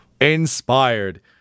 Inspired